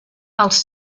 els